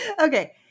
Okay